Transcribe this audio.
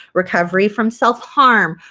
recovery from self-harm,